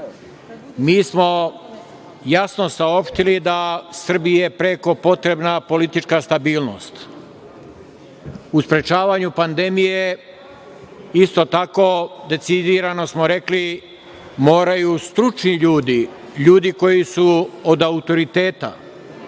Mi smo jasno saopštili da je Srbiji preko potrebna politička stabilnost.U sprečavanju pandemije isto tako, decidirano smo rekli moraju stručni ljudi, ljudi koji su od autoriteta